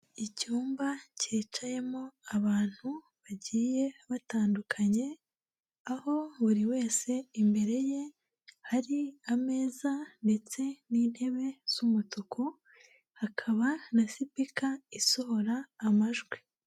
Icyumba cyicayemo abantu bagiye batandukanye, aho buri wese imbere ye hari ameza ndetse n'intebe z'umutuku, hakaba na speaker isohora amajwi.